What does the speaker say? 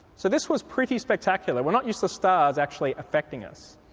so this was pretty spectacular. we're not used to stars actually affecting us.